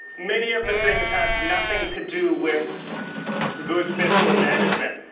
many of the things have nothing to do with good fiscal management.